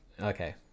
okay